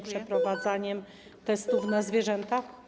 przeprowadzaniem testów na zwierzętach?